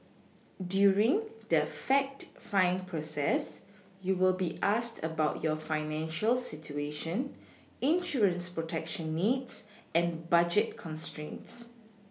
during the fact find process you will be asked about your financial situation insurance protection needs and budget constraints